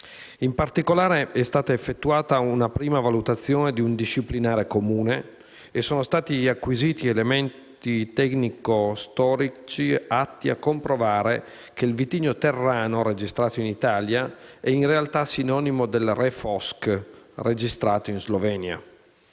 In particolare, è stata effettuata una prima valutazione di un disciplinare comune e sono stati acquisiti elementi tecnico-storici atti a comprovare che il vitigno Terrano, registrato in Italia, è in realtà sinonimo del Refosk, registrato in Slovenia.